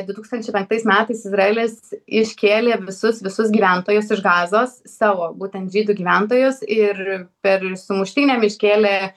du tūkstančiai penktais metais izraelis iškėlė visus visus gyventojus iš gazos savo būtent žydų gyventojus ir per sumuštiniam iškėlė